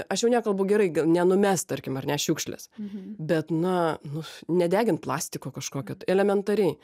aš jau nekalbu gerai g nenumest tarkim ar ne šiukšlės bet na nu nedegint plastiko kažkokio t elementariai